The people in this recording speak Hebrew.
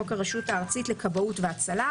חוק הרשות הארצית לכבאות והצלה.